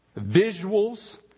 visuals